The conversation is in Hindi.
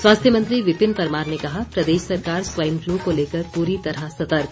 स्वास्थ्य मंत्री विपिन परमार ने कहा प्रदेश सरकार स्वाइन फ्लू को लेकर पूरी तरह सतर्क